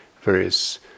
various